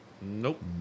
Nope